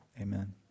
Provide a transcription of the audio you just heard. amen